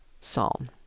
Psalm